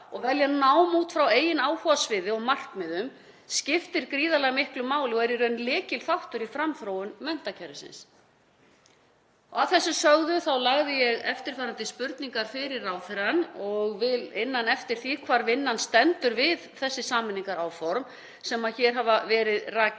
og velja nám út frá eigin áhugasviði og markmiðum skiptir gríðarlega miklu máli og er í raun lykilþáttur í framþróun menntakerfisins. Að þessu sögðu lagði ég eftirfarandi spurningar fyrir ráðherrann og vil inna hann eftir því hvar vinnan stendur við þessi sameiningaráform sem hér hafa verið rakin